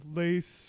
lace